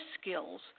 skills